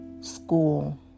school